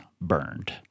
burned